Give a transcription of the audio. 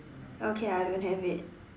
okay I don't have it